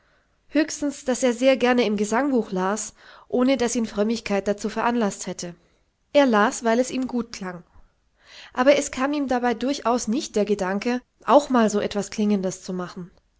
höchstens daß er sehr gerne im gesangbuch las ohne daß ihn frömmigkeit dazu veranlaßt hätte er las weil es ihm gut klang aber es kam ihm dabei durchaus nicht der gedanke auch mal so was klingendes zu machen